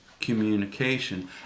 communication